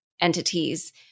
entities